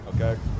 Okay